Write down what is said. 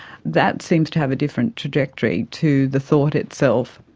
that seems to have a different trajectory to the thought itself.